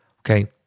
okay